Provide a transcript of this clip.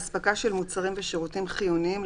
אספקה של מוצרים ושירותים חיוניים,